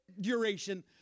duration